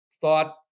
thought